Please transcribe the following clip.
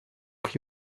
prix